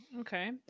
Okay